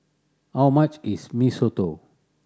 how much is Mee Soto